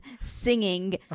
singing